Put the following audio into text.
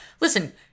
listen